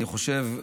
אני חושב,